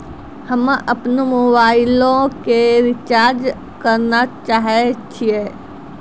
हम्मे अपनो मोबाइलो के रिचार्ज करना चाहै छिये